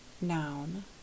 noun